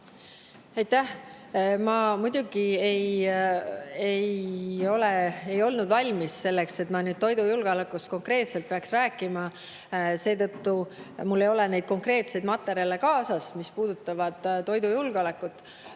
Ma muidugi ei olnud valmis selleks, et ma nüüd konkreetselt toidujulgeolekust pean rääkima. Seetõttu mul ei ole neid konkreetseid materjale kaasas, mis puudutavad toidujulgeolekut.